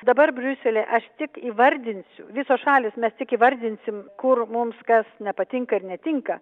dabar briusely aš tik įvardinsiu visos šalys mes tik įvardinsim kur mums kas nepatinka ir netinka